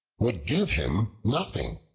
would give him nothing.